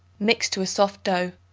mix to a soft dough.